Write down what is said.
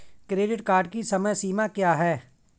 Credit card की समय सीमा क्या है?